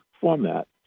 format